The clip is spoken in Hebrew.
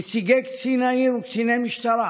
נציגי קצין העיר וקציני משטרה